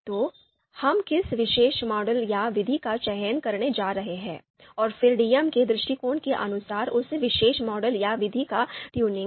तो हम किस विशेष मॉडल या विधि का चयन करने जा रहे हैं और फिर डीएम के दृष्टिकोण के अनुसार उस विशेष मॉडल या विधि का ट्यूनिंग